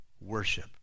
worship